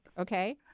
okay